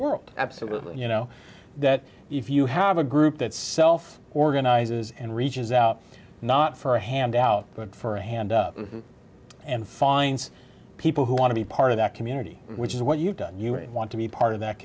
world absolutely you know that if you have a group that self organizes and reaches out not for a handout but for a hand and finds people who want to be part of that community which is what you've done you really want to be part of that